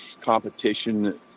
competition